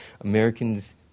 Americans